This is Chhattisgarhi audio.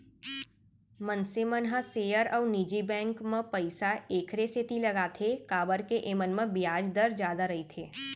मनसे मन ह सेयर अउ निजी बेंक म पइसा एकरे सेती लगाथें काबर के एमन म बियाज दर जादा रइथे